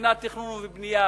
מבחינת תכנון ובנייה,